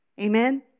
Amen